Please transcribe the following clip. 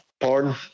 Pardon